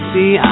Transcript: See